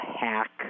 Hack